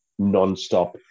nonstop